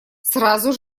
сразу